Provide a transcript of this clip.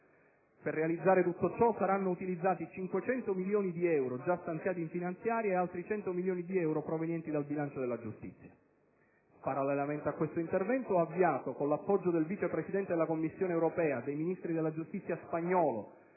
Per realizzare tutto ciò, saranno utilizzati 500 milioni di euro già stanziati in finanziaria e altri 100 milioni di euro provenienti dal bilancio della giustizia. Parallelamente a questo intervento, ho avviato, con l'appoggio del Vice Presidente della Commissione europea, del Ministro della giustizia spagnolo